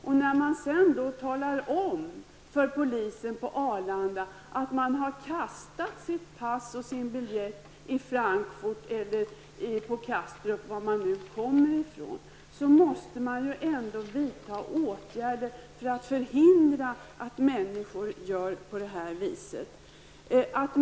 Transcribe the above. Om man vid ankomsten till Arlanda talar om för polisen att man har kastat sitt pass eller sin biljett i Frankfurt eller på Kastrup beroende på var man kommer ifrån, måste vi vidta åtgärder för att förhindra människor från att göra på det här viset.